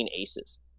aces